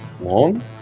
long